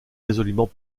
résolument